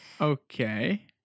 Okay